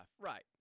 Right